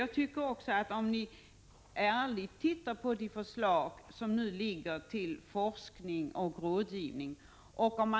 Jag tycker att ni ärligt skall studera de förslag till forskning och rådgivning som nu föreligger.